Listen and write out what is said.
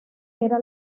era